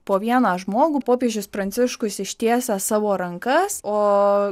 po vieną žmogų popiežius pranciškus ištiesęs savo rankas o